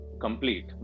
complete